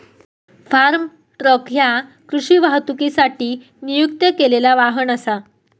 form truck ह्या कृषी वाहतुकीसाठी नियुक्त केलेला वाहन असा